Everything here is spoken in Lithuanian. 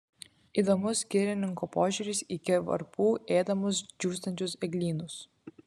įdomus girininko požiūris į kirvarpų ėdamus džiūstančius eglynus